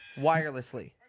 wirelessly